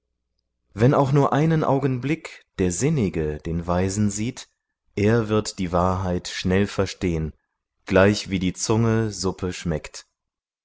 wenn auch nur einen augenblick der sinnige den weisen sieht er wird die wahrheit schnell verstehn gleichwie die zunge suppe schmeckt